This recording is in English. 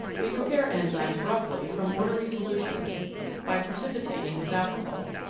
we prepare enzymes roughly from watery solutions by pre cipitating with alcohol.